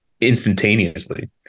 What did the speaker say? instantaneously